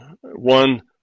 One